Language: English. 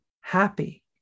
happy